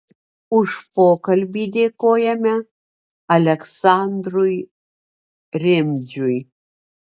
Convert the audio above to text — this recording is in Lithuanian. už pokalbį dėkojame aleksandrui rimdžiui